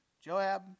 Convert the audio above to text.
Joab